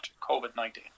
COVID-19